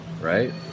right